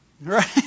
Right